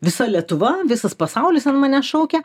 visa lietuva visas pasaulis ant manęs šaukia